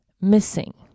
missing